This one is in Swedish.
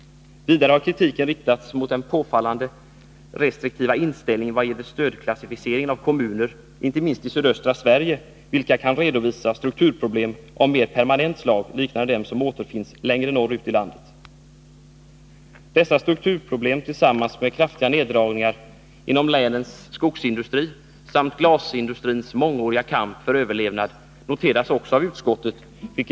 Vidare har kritik riktats mot den påfallande restriktiva inställningen vad gäller stödklassificering av kommuner i sydöstra Sverige, vilka kan redovisa strukturproblem av mer permanent slag liknande dem som återfinns längre norr ut i landet. Dessa strukturproblem tillsammans med kraftiga neddragningar inom länens skogsindustri samt glasindustrins mångåriga kamp för överlevnad noteras också av utskottet. Bl.